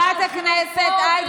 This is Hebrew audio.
לגרש, חבר הכנסת חנוך.